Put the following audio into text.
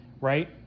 right